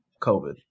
COVID